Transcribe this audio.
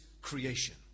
creation